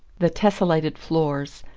the tessellated floors,